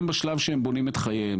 הם בשלב שבו הם בונים את חייהם.